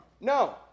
No